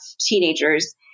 teenagers